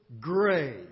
gray